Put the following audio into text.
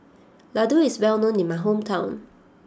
Laddu is well known in my hometown